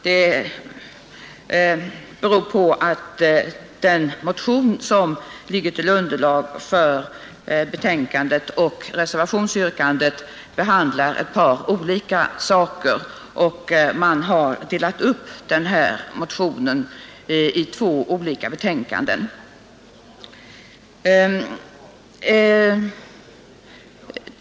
Det beror på att den motion som ligger till underlag för betänkandet och reservationsyrkandet behandlar ett par olika saker. Man har delat upp denna motion i två olika betänkanden.